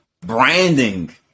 branding